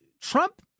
Trump